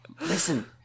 Listen